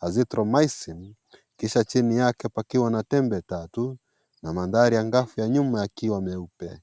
Azithromycin kisha chini yake pakiwa na tembe tatu na mandhari ya ngavu ya nyuma yakiwa meupe.